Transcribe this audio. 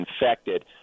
infected